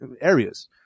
areas